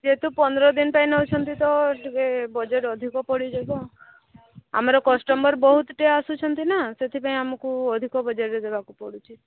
ଯେହେତୁ ପନ୍ଦର ଦିନ ପାଇଁ ନେଉଛନ୍ତି ତ ଟିକେ ବଜେଟ୍ ଅଧିକା ପଡ଼ିଯିବ ଆମର କଷ୍ଟମର୍ ବହୁତ ଟିକେ ଆସୁଛନ୍ତି ନା ସେଥିପାଇଁ ଆମକୁ ଅଧିକ ବଜେଟ୍ରେ ଦେବାକୁ ପଡ଼ୁଛି